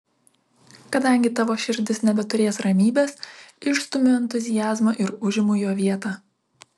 kadangi tavo širdis nebeturės ramybės išstumiu entuziazmą ir užimu jo vietą